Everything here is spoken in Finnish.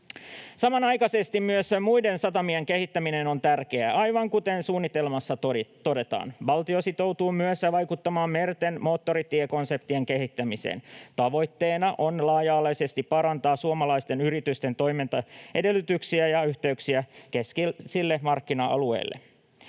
Samanaikaisesti myös muiden satamien kehittäminen on tärkeää, aivan kuten suunnitelmassa todetaan. Valtio sitoutuu myös vaikuttamaan merten moottoritiet -konseptin kehittämiseen. Tavoitteena on laaja-alaisesti parantaa suomalaisten yritysten toimintaedellytyksiä ja yhteyksiä keskeisille markkina-alueille.